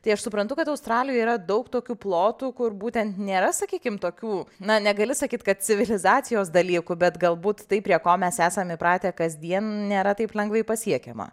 tai aš suprantu kad australijoj yra daug tokių plotų kur būtent nėra sakykim tokių na negali sakyt kad civilizacijos dalykų bet galbūt tai prie ko mes esam įpratę kasdien nėra taip lengvai pasiekiama